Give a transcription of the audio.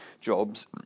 jobs